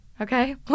okay